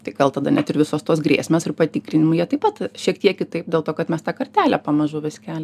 tai gal tada net ir visos tos grėsmės ir patikrinimai jie taip pat šiek tiek kitaip dėl to kad mes tą kartelę pamažu vis keliam